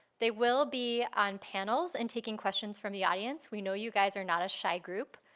they will be on panels and taking questions from the audience. we know you guys are not a shy group,